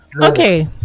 Okay